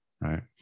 right